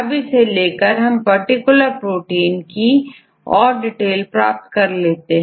अब इसे लेकर हम पार्टिकुलर प्रोटीन की और डिटेल प्राप्त कर सकते हैं